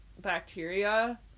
bacteria